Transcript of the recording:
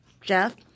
Jeff